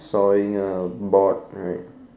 sawing a board right